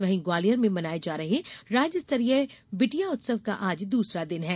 वहीं ग्वालियर में मनाए जा रहे राज्यस्तरीय बिटिया उत्सव का आज दूसरा दिन है